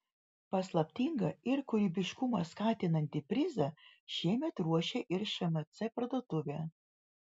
paslaptingą ir kūrybiškumą skatinantį prizą šiemet ruošia ir šmc parduotuvė